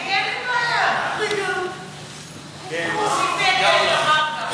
ההצעה להעביר את הנושא לוועדה לקידום מעמד האישה